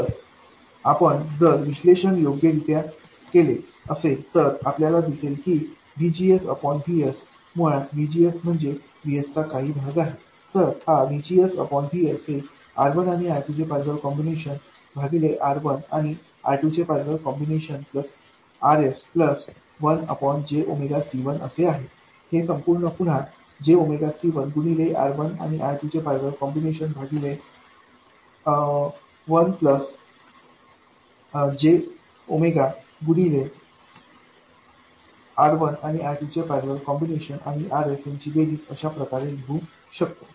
तर आपण जर विश्लेषण योग्यरित्या केले असेल तर आपल्याला दिसेल की VGS VS मुळात VGS म्हणजे VSचा काही भाग आहे तर VGS VS हे R1आणिR2चे पैरलेल कॉम्बिनेशन भागिले R1आणिR2चे पैरलेल कॉम्बिनेशन प्लस RSप्लस 1j C1 असे आहे हे संपूर्ण पुन्हा jC1 गुणिले R1आणिR2चे पैरलेल कॉम्बिनेशन भागिले 1 प्लस jगुणिले R1आणिR2चे पैरलेल कॉम्बिनेशन आणि RS यांची बेरीज अशा प्रकारे लिहू शकतो